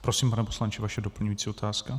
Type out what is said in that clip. Prosím, pane poslanče, vaše doplňující otázka.